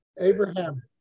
Abraham